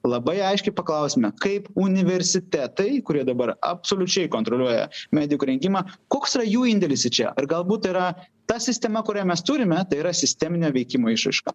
labai aiškiai paklausime kaip universitetai kurie dabar absoliučiai kontroliuoja medikų rengimą koks jų indėlis į čia ar galbūt yra ta sistema kurią mes turime tai yra sisteminio veikimo išraiška